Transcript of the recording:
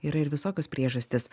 yra ir visokios priežastys